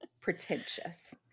Pretentious